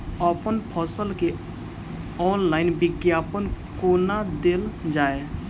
अप्पन फसल केँ ऑनलाइन विज्ञापन कोना देल जाए?